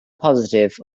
positive